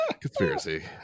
conspiracy